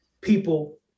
people